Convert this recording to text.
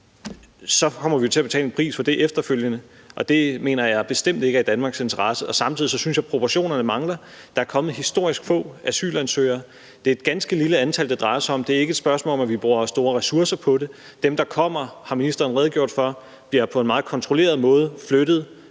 kommer vi til at betale en pris for det efterfølgende, og det mener jeg bestemt ikke er i Danmarks interesse. Samtidig synes jeg, proportionerne mangler: Der er kommet historisk få asylansøgere – det er et ganske lille antal, det drejer sig om – og det er ikke et spørgsmål om, at vi bruger store ressourcer på det. Dem, der kommer, har ministeren redegjort for bliver flyttet på en meget kontrolleret måde fra